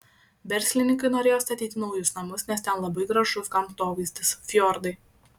verslininkai norėjo statyti naujus namus nes ten labai gražus gamtovaizdis fjordai